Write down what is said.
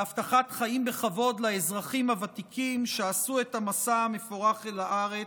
בהבטחת חיים בכבוד לאזרחים הוותיקים שעשו את המסע המפרך אל הארץ,